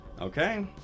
Okay